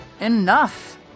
Enough